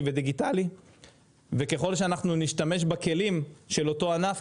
ודיגיטלי וככל שנשתמש בכלים של אותו ענף,